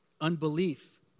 Unbelief